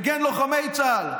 מגן לוחמי צה"ל,